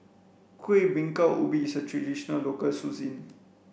kuih bingka ubi is a traditional local cuisine